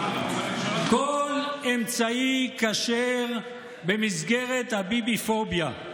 כל אמצעי כשר במסגרת הביביפוביה.